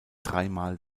dreimal